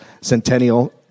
Centennial